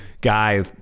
guy